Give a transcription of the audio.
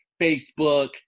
Facebook